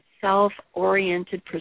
self-oriented